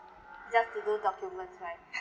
just to do documents right